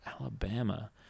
Alabama